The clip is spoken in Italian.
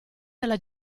della